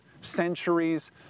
centuries